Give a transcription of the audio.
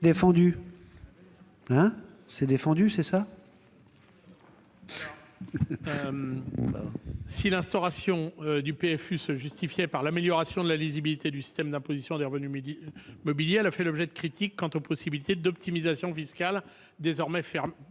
présenter l'amendement n° I-706. Si l'instauration du PFU se justifiait par l'amélioration de la lisibilité du système d'imposition des revenus mobiliers, elle a fait l'objet de critiques quant aux possibilités d'optimisation fiscale désormais ouvertes